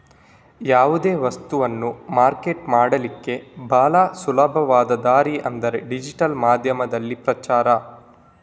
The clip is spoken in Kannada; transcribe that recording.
ಯಾವುದೇ ವಸ್ತವನ್ನ ಮಾರ್ಕೆಟ್ ಮಾಡ್ಲಿಕ್ಕೆ ಭಾಳ ಸುಲಭದ ದಾರಿ ಅಂದ್ರೆ ಡಿಜಿಟಲ್ ಮಾಧ್ಯಮದಲ್ಲಿ ಪ್ರಚಾರ